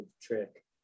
trick